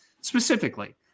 specifically